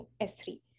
S3